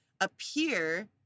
appear